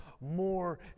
more